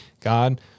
God